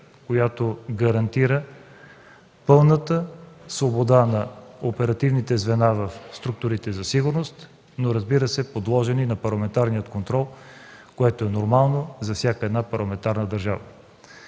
която гарантира пълната свобода на оперативните звена в структурите за сигурност, но подложени на парламентарния контрол, което е нормално за всяка една парламентарна държава.